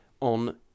on